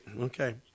Okay